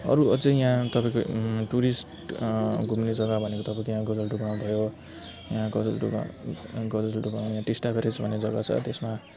अरू अझ यहाँ तपाईँको टुरिस्ट घुम्ने जगा भनेको तपाईँको यहाँ गजलडुबा भयो यहाँ गजलडुबा गजलडुबा टिस्टा ब्यारेज भन्ने जगा छ त्यसमा